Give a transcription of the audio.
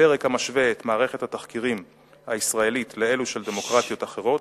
פרק המשווה את מערכת התחקירים הישראלית לאלו של דמוקרטיות אחרות,